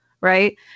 Right